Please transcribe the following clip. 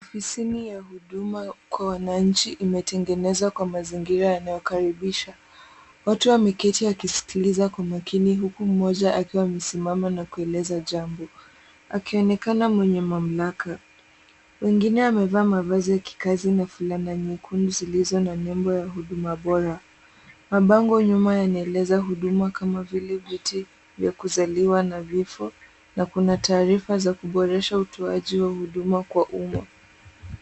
Ofisini ya huduma kwa wananchi imetengenezwa kwa mazingira yanayokaribisha. Watu wameketi wakisikiliza kwa makini huku mmoja akiwa amesimama na kueleza jambo akionekana mwenye mamlaka. Wengine wamevaa mavazi ya kikazi na fulana nyekundu zilizo na nembo ya huduma bora. Mabango nyuma yanaeleza huduma kama vile vyeti vya kuzaliwa na vifo na kuna taarifa za kuboresha utoaji wa huduma kwa umma.